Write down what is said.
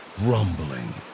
rumbling